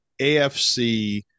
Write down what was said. AFC